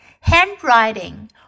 Handwriting